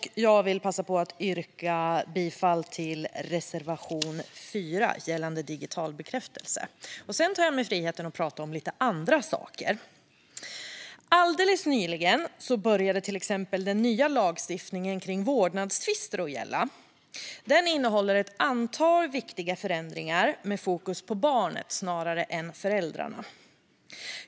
Jag vill passa på att yrka bifall till reservation 4 gällande digital bekräftelse. Sedan tar jag mig friheten att prata om lite andra saker. Alldeles nyligen började till exempel den nya lagstiftningen om vårdnadstvister att gälla. Den innehåller ett antal viktiga förändringar med fokus på barnet snarare än på föräldrarna.